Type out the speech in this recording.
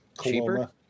Cheaper